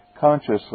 consciously